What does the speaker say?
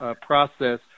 process